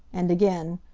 and again,